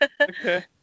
okay